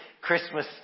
Christmas